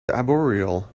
arboreal